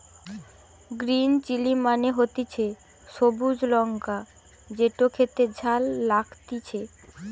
green chilli মানে হতিছে সবুজ লঙ্কা যেটো খেতে ঝাল লাগতিছে